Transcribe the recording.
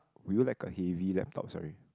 would you like a heavy laptop sorry